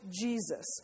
Jesus